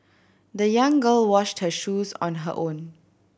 the young girl washed her shoes on her own